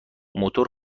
موتور